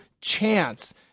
chance